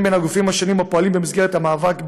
בין הגופים השונים הפועלים במסגרת המאבק בגזענות.